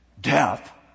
Death